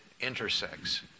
intersects